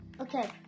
Okay